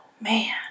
man